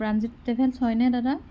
Pranjit travels হয়নে দাদা